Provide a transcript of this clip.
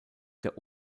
der